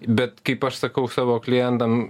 bet kaip aš sakau savo klientam